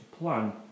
plan